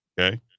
okay